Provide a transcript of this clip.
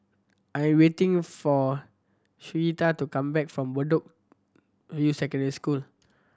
I am waiting for Sherita to come back from Bedok View Secondary School